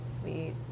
sweet